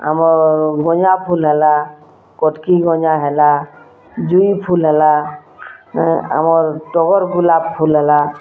ଆମର୍ ଗଞ୍ଜା ଫୁଲ୍ ହେଲା କଟକୀ ଗଞ୍ଜା ହେଲା ଜୁଇ ଫୁଲ୍ ହେଲା ଆମର୍ ଟଗର୍ ଗୁଲାପ୍ ଫୁଲ୍ ହେଲା